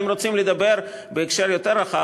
אם רוצים לדבר בהקשר יותר רחב,